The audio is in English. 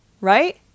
right